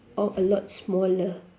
or a lot smaller